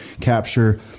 capture